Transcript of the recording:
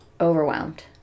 overwhelmed